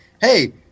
hey